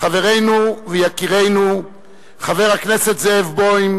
חברנו ויקירנו חבר הכנסת זאב בוים,